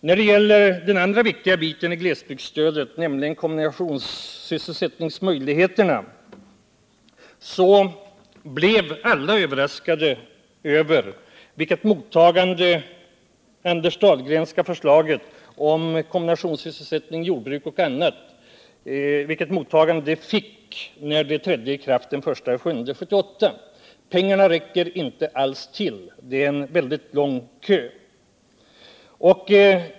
När det gäller den andra viktiga biten i glesbygdsstödet, nämligen kombinationssysselsättningsmöjligheterna, så blev alla överraskade över vilket mottagande Anders Dahlgrens förslag om kombination sysselsättning-jordbruk ihop med annan verksamhet fick när det trädde i kraft den 1 juli 1978. Pengarna räcker inte alls till. Det är en väldigt lång kö.